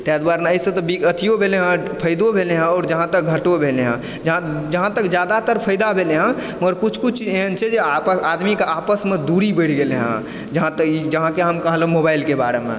तैँ दुआरे एहिसँ तऽ अथियो भेलै हँ फैदो भेलै हँ आओर जहाँतक घटो भेलै हँ जहाँ जहाँतक जादातर फैदा भेलै हँ मगर किछु किछु एहन छै जे आपस आदमीके आपस मे दुरी बैढ़ गेलै हँ जहाँतक जहाँ के हम कहलौ मोबाइल के बारे मे